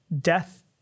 death